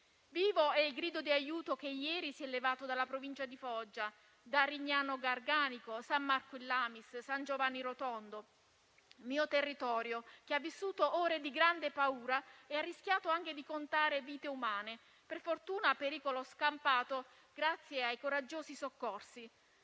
Vivo è il grido di aiuto che ieri si è levato dalla provincia di Foggia, da Rignano Garganico, da San Marco in Lamis, da San Giovanni Rotondo, il mio territorio, che ha vissuto ore di grande paura e ha rischiato anche di contare vite umane; pericolo per fortuna scampato, grazie ai coraggiosi soccorsi.